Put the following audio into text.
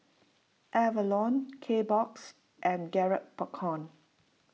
Avalon Kbox and Garrett Popcorn